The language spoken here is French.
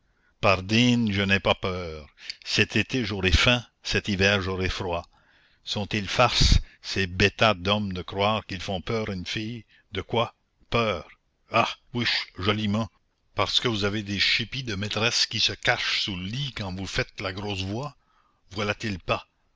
pardine je n'ai pas peur cet été j'aurai faim cet hiver j'aurai froid sont-ils farces ces bêtas d'hommes de croire qu'ils font peur à une fille de quoi peur ah ouiche joliment parce que vous avez des chipies de maîtresses qui se cachent sous le lit quand vous faites la grosse voix voilà-t-il pas